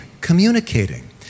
communicating